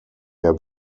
der